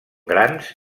grans